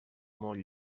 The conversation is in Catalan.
molt